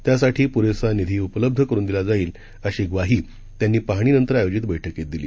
त्यासाठी पुरेसा निधी उपलब्ध करून दिला जाईल अशी ग्वाही त्यांनी पाहणीनंतर आयोजित बैठकीत दिली